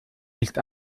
nicht